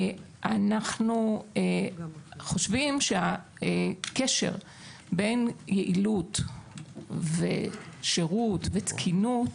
אנחנו חושבים שהקשר בין יעילות ושירות ותקינות